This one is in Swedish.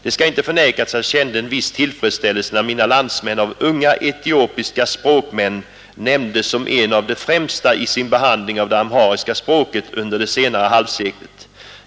Det skall inte förnekas, att jag kände en viss tillfredsställelse när min landsman av unga etiopiska språkmän nämndes som en av de främsta i sin behandling av det amhariska språket under det senare halvseklet.